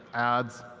ads,